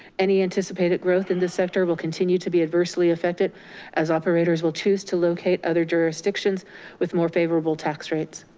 any anticipated growth in this sector will continue to be adversely affected as operators will choose to locate other jurisdictions with more favorable tax rates.